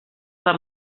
per